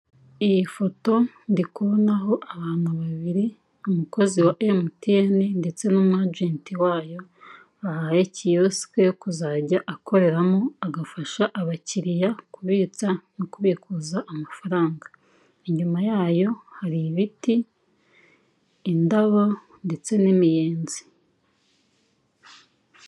Iyi foto ndikubonaho abantu babiri umukozi wa emutiyeni ndetse n'umu ajenti wayo ahari kiyosike yo kuzajya akoreramo agafasha abakiriya kubitsa no kubikuza amafaranga inyuma yayo hari ibiti, indabo ndetse n'imiyenzi.